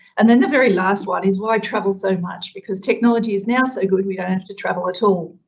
and then the very last one is where i travel so much because technology is now so good. we don't have to travel at all.